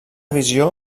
visió